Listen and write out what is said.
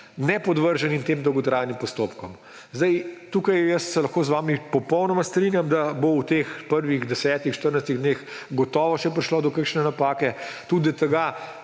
nepodvrženi tem dolgotrajnim postopkom. Tukaj se lahko z vami popolnoma strinjam, da bo v teh prvih desetih, 14 dneh gotovo še prišlo do kakšne napake, tudi do tega,